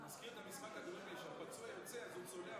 זה מזכיר את משחק הכדורגל שהפצוע יוצא אז הוא צולע,